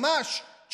ממש,